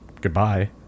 goodbye